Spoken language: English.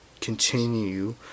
continue